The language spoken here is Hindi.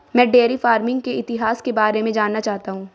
मैं डेयरी फार्मिंग के इतिहास के बारे में जानना चाहता हूं